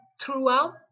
throughout